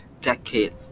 decade